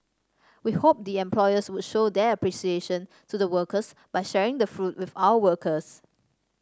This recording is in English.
we hope the employers would show their appreciation to the workers by sharing the fruit with our workers